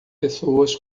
pessoas